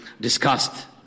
discussed